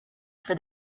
for